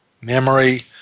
memory